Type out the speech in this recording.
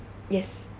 yes